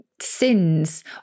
sins